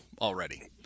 already